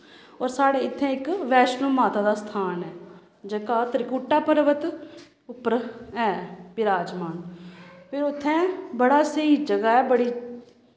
होर साढ़ै इत्थें इक बैष्णो माता दी स्थान ऐ जेह्का त्रिकूटा पर्वत उप्पर ऐ विराजमान फिर उत्थें बड़ा स्हेई जगह् ऐ बड़ी